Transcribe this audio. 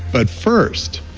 but first,